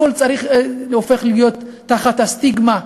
הכול הופך להיות תחת הסטיגמה.